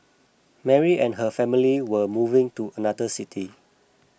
Mary and her family were moving to another city